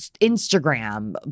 Instagram